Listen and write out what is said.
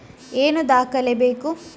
ಏನು ದಾಖಲೆ ಬೇಕು?